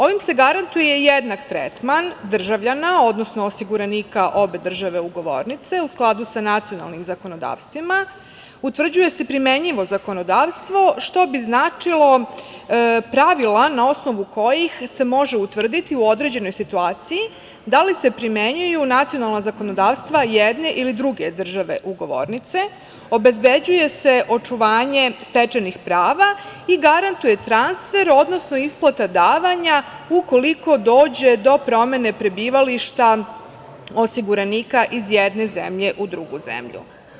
Ovim se garantuje jednak tretman državljana, odnosno osiguranika obe države ugovornice, u skladu sa nacionalnim zakonodavstvima, utvrđuje se primenljivo zakonodavstvo, što bi značilo pravila na osnovu kojih se može utvrditi u određenoj situaciji da li se primenjuju nacionalna zakonodavstva jedne ili druge države ugovornice, obezbeđuje se očuvanje stečenih prava i garantuje transfer, odnosno isplata davanja ukoliko dođe do promene prebivališta osiguranika iz jedne zemlje u drugu zemlju.